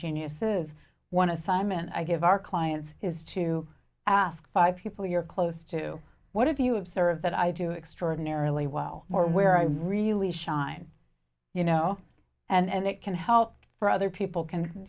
genius is one assignment i give our clients is to ask five people you're close to what do you observe that i do extraordinarily well or where i really shine you know and it can help for other people can